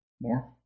more